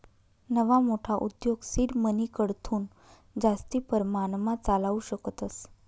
नवा मोठा उद्योग सीड मनीकडथून जास्ती परमाणमा चालावू शकतस